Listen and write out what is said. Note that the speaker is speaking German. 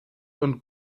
und